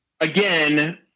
again